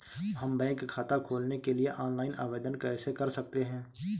हम बैंक खाता खोलने के लिए ऑनलाइन आवेदन कैसे कर सकते हैं?